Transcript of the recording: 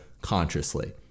consciously